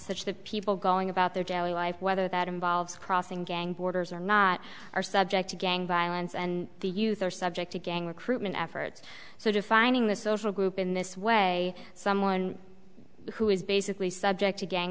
such that people going about their daily life whether that involves crossing gang borders or not are subject to gang violence and the youth are subject to gang recruitment efforts so defining the social group in this way someone who is basically subject to gang